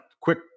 quick